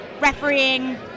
refereeing